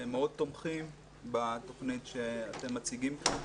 מאוד תומכים בתוכנית שאתם מציגים פה,